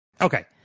Okay